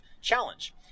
challenge